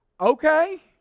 Okay